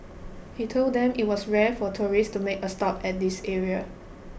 he told them it was rare for tourists to make a stop at this area